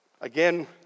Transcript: Again